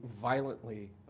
violently